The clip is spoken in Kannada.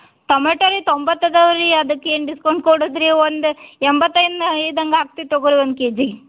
ಟೊಮೆಟೊ ರೀ ತೊಂಬತ್ತು ಅದಾವ ರೀ ಅದಕ್ಕೆ ಏನು ಡಿಸ್ಕೌಂಟ್ ಕೊಡೋದು ರೀ ಒಂದು ಎಂಬತೈದು ಐದು ಹಂಗೆ ಹಾಕ್ತಿ ತಗೋರಿ ಒಂದು ಕೆಜಿ